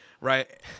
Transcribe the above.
Right